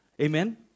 Amen